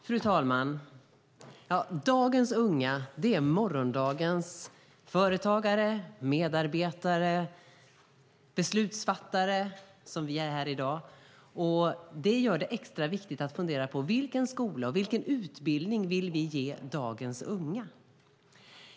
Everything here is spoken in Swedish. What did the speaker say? Fru talman! Dagens unga är morgondagens företagare, medarbetare och beslutsfattare - som vi här i dag. Det gör det extra viktigt att fundera på vilken skola och vilken utbildning vi vill ge dagens unga.